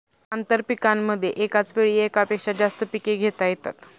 आंतरपीकांमध्ये एकाच वेळी एकापेक्षा जास्त पिके घेता येतात